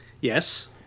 Yes